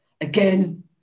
again